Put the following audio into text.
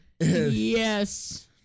Yes